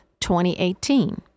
2018